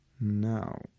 Now